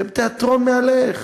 אתם תיאטרון מהלך.